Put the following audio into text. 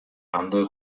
андай